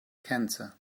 cancer